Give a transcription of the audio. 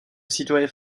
citoyens